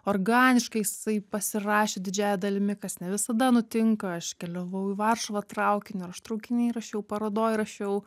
organiškai jisai pasirašė didžiąja dalimi kas ne visada nutinka aš keliavau į varšuvą traukiniu ir aš traukiny rašiau parodoj rašiau